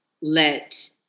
let